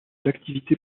l’activité